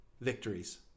victories